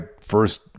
first